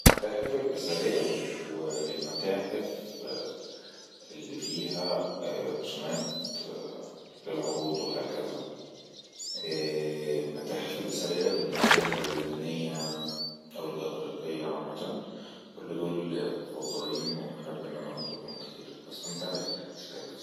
المتاحف الأسرية والمتاحف اللي فيها رسومات للعروض وهكزا